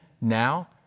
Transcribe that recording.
now